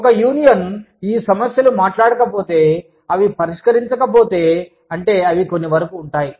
ఒక యూనియన్ ఈ సమస్యలు మాట్లాడకపోతే అవి పరిష్కరించకపోతే అంటే అవి కొన్ని వరకు ఉంటాయి